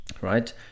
Right